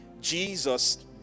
Jesus